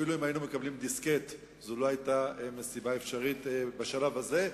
אפילו אם היינו מקבלים דיסקט זו לא היתה משימה אפשרית בשלב הזה,